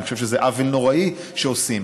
אני חושב שזה עוול נוראי שעושים.